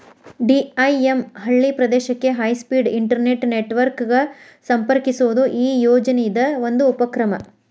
DIM ಹಳ್ಳಿ ಪ್ರದೇಶಕ್ಕೆ high speed internet network ಗ ಸಂಪರ್ಕಿಸೋದು ಈ ಯೋಜನಿದ್ ಒಂದು ಉಪಕ್ರಮ